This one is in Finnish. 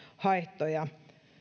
haittoja